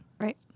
Right